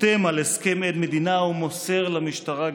חותם על הסכם עד מדינה ומוסר למשטרה גרסה.